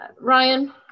ryan